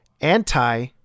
anti